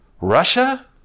Russia